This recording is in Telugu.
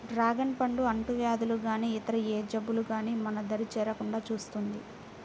డ్రాగన్ పండు అంటువ్యాధులు గానీ ఇతర ఏ జబ్బులు గానీ మన దరి చేరకుండా చూస్తుంది